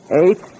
Eight